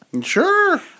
Sure